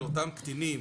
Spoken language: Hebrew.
לאותם קטינים,